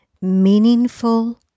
meaningful